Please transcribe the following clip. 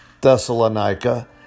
Thessalonica